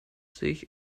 sich